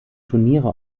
turniere